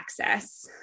access